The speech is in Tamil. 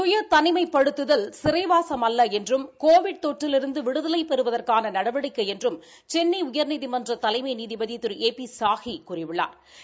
சுய தனிமைப்படுத்துதில் சிறைவாசம் அல்ல என்றும் கோவிட் தொற்றிலிருந்து விடுதலை பெறுவதற்கான நடவடிக்கை என்றும் சென்னை உயர்நீதிமன்ற தலைமை நீதிபதி திரு ஏ பி சாஹி கூறியுள்ளா்